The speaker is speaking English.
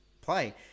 play